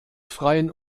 freien